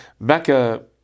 Becca